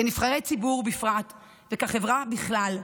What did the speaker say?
כנבחרי ציבור בפרט וכחברה בכלל,